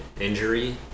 injury